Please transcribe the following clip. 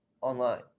online